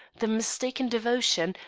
the mistaken devotion,